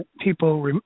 people